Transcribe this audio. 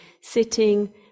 sitting